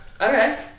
Okay